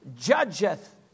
judgeth